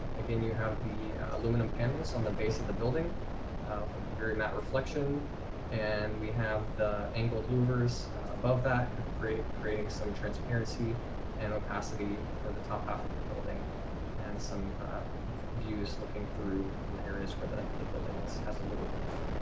again, you have the aluminum candles on the base of the building. david jaubert of the very matt reflection and we have the angled louvers above that kind of create creating some transparency and opacity for the top half of the building and some views looking through and the areas where the the building is has a lower the roof.